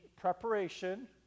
preparation